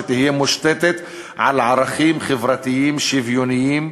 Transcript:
שתהיה מושתתת על ערכים חברתיים שוויוניים,